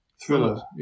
thriller